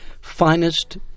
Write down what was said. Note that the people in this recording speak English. finest